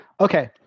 okay